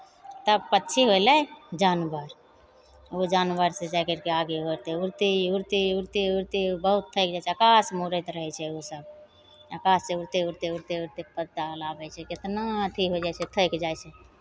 तब पक्षी होलै जानवर ओ जानवर से जाए करि कऽ आगे उड़िते उड़िते उड़िते उड़िते बहुत थाकि जाइ छै आकाशमे उड़ैत रहै छै ओसभ आकाशसँ उड़िते उड़िते उड़िते उड़िते पाताल आबै छै केतना अथि हो जाइ छै थाकि जाइ छै